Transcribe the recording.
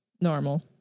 normal